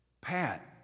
Pat